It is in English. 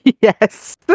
Yes